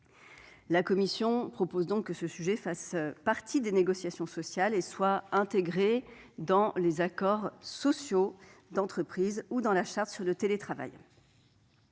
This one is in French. La commission propose que ce sujet fasse partie des négociations sociales et soit intégré dans les accords sociaux d'entreprise ou dans les chartes sur le télétravail.